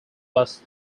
was